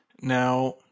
Now